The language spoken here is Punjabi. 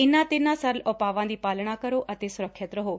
ਇਨਾਂ ਤਿੰਨਾਂ ਸਰਲ ਉਪਾਵਾਂ ਦੀ ਪਾਲਣਾ ਕਰੋ ਅਤੇ ਸੁਰੱਖਿਅਤ ਰਹੋ